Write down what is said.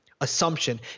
assumption